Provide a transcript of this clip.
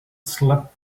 slept